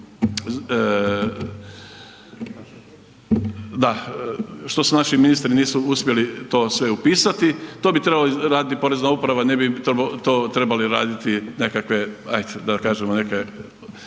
da, što se naši ministri nisu uspjeli to sve upisati, to bi trebala raditi Porezna uprava, ne bi to trebali raditi nekakve ajd da kažem neke